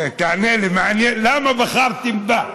כן, תענה לי, מעניין למה בחרת בה.